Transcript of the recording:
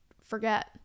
forget